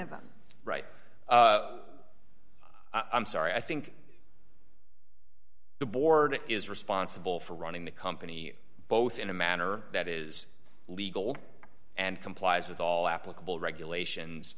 of them right i'm sorry i think the board is responsible for running the company both in a manner that is legal and complies with all applicable regulations